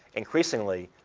increasingly,